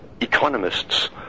economists